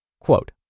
Quote